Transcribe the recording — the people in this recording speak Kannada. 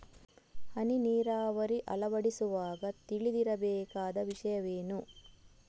ಹನಿ ನೀರಾವರಿ ಅಳವಡಿಸುವಾಗ ತಿಳಿದಿರಬೇಕಾದ ವಿಷಯವೇನು?